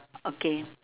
okay